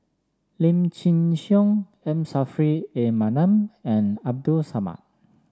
Lim Chin Siong M Saffri A Manaf and Abdul Samad